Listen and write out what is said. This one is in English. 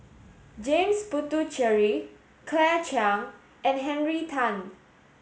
James Puthucheary Claire Chiang and Henry Tan